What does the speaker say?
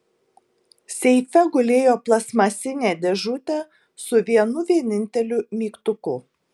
seife gulėjo plastmasinė dėžutė su vienu vieninteliu mygtuku